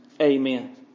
Amen